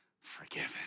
forgiven